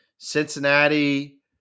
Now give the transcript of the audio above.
Cincinnati